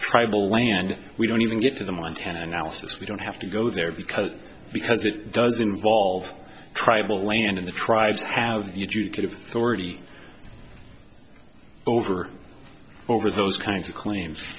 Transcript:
land we don't even get to the montana analysis we don't have to go there because because it does involve tribal land in the tribes have you could have thirty over over those kinds of claims